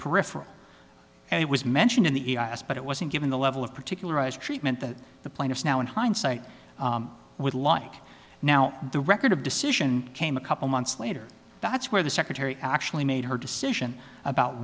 peripheral and it was mentioned in the past but it wasn't given the level of particularized treatment that the plaintiffs now in hindsight would like now the record of decision came a couple months later that's where the secretary actually made her decision about